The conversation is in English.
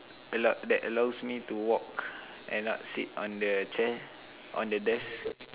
allow that allows me to walk and not sit on the chair on the desk